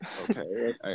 okay